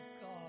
God